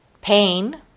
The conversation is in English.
Pain